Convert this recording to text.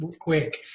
quick